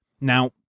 Now